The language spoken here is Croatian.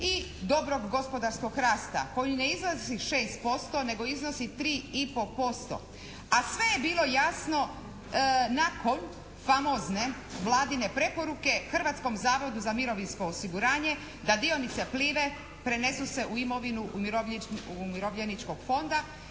i dobro gospodarskog rasta koji ne iznosi 6% nego iznosi 3,5% a sve je bilo jasno nakon famozne Vladine preporuke Hrvatskom zavodu za mirovinsko osiguranje da dionice "Plive" prenesu se u imovinu umirovljeničkog fonda